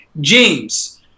James